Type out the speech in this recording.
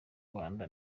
rwanda